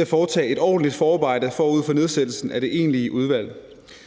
at foretage et ordentligt forarbejde forud for nedsættelsen af det egentlige udvalg.